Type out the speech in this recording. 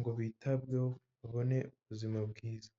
ngo bitabweho babone ubuzima bwiza.